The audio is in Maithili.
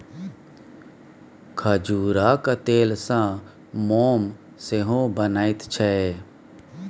खजूरक तेलसँ मोम सेहो बनैत छै